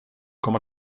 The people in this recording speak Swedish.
komma